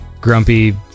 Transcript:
Grumpy